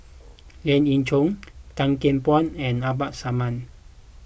Lien Ying Chow Tan Kian Por and Abdul Samad